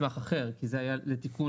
אופן החישוב